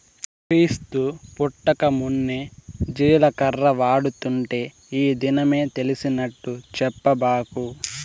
క్రీస్తు పుట్టకమున్నే జీలకర్ర వాడుతుంటే ఈ దినమే తెలిసినట్టు చెప్పబాకు